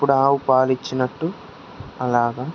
ఇప్పుడు ఆవు పాలు ఇచ్చినట్టు అలాగా